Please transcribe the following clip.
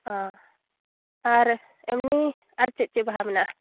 ᱚ ᱟᱨ ᱮᱢᱱᱤ ᱟᱨ ᱪᱮᱫ ᱪᱮᱫ ᱵᱟᱦᱟ ᱢᱮᱱᱟᱜᱼᱟ